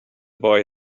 boy